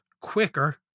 quicker